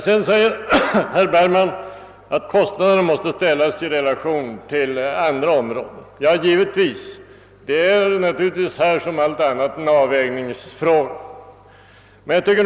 Sedan sade herr Bergman att kostnaderna måste ställas i relation till utgifter på andra områden, och det är naturligtvis sant. Det är givetvis på detta område som på alla andra fråga om en avvägning.